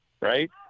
Right